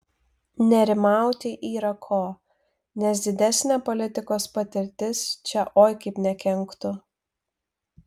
nerimauti yra ko nes didesnė politikos patirtis čia oi kaip nekenktų